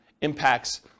impacts